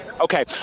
Okay